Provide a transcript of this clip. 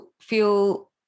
feel